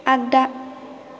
आगदा